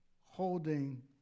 holding